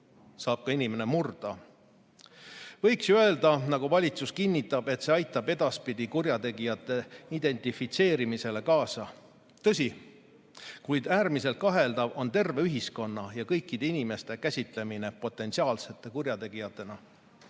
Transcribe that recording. saab ka inimene murda. Võiks ju öelda, nagu valitsus kinnitab, et see aitab edaspidi kurjategijate identifitseerimisele kaasa. Tõsi, kuid äärmiselt kaheldav on terve ühiskonna ja kõikide inimeste käsitlemine potentsiaalsete kurjategijatena.